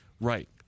Right